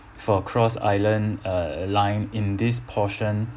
for cross island uh line in this portion